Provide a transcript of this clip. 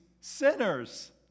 sinners